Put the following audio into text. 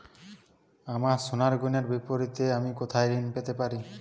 আমার সোনার গয়নার বিপরীতে আমি কোথায় ঋণ পেতে পারি?